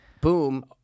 boom